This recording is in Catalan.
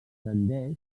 tendeix